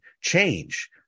change